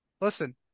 Listen